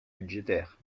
budgétaires